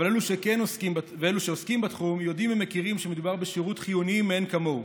ואלו שעוסקים בתחום יודעים ומכירים שמדובר בשירות חיוני מאין כמוהו,